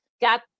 Got